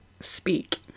speak